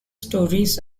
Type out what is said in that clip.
stories